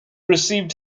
received